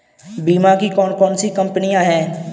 बीमा की कौन कौन सी कंपनियाँ हैं?